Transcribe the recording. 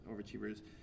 overachievers